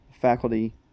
faculty